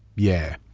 yeah.